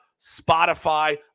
Spotify